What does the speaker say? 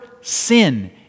sin